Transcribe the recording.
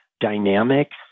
dynamics